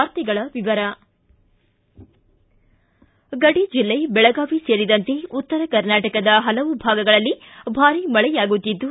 ವಾರ್ತೆಗಳ ವಿವರ ಗಡಿ ಜಿಲ್ಲೆ ಬೆಳಗಾವಿ ಸೇರಿದಂತೆ ಉತ್ತರ ಕರ್ನಾಟಕದ ಹಲವು ಭಾಗಗಳಲ್ಲಿ ಭಾರಿ ಮಳೆಯಾಗುತ್ತಿದ್ದು